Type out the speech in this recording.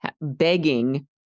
begging